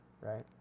right